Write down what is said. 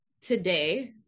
today